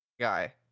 guy